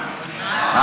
לא,